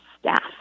staff